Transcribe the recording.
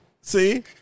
see